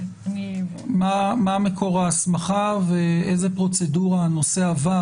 מה מקור ההסמכה ואיזה פרוצדורה הנושא עבר,